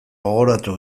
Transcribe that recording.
gogoratu